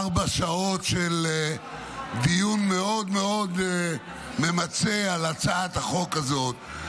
ארבע שעות של דיון מאוד מאוד ממצה על הצעת החוק הזאת,